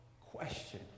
question